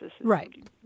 Right